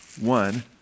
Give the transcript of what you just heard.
one